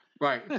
Right